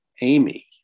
Amy